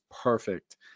perfect